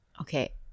okay